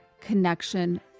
connection